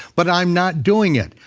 but i'm not doing it.